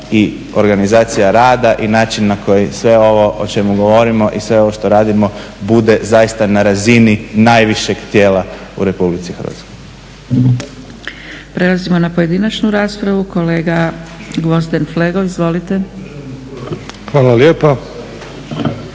i organizacija rada i način na koji sve ovo o čemu govorimo i sve ovo što radimo bude zaista na razini najvišeg tijela u Republici Hrvatskoj.